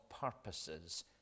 purposes